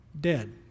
dead